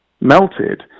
melted